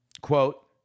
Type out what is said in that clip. quote